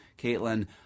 Caitlin